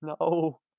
no